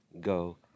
go